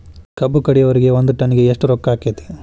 ಕಬ್ಬು ಕಡಿಯುವರಿಗೆ ಒಂದ್ ಟನ್ ಗೆ ಎಷ್ಟ್ ರೊಕ್ಕ ಆಕ್ಕೆತಿ?